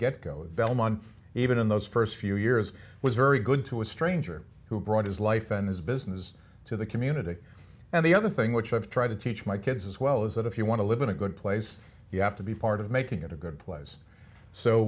get go the belmont even in those first few years was very good to a stranger who brought his life and his business to the community and the other thing which i've tried to teach my kids as well is that if you want to live in a good place you have to be part of making it a good place so